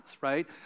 right